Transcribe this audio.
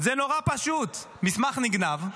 זה נורא פשוט: מסמך נגנב,